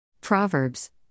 Proverbs